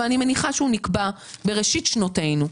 אבל אני מניחה שהוא נקבע בראשית שנותינו.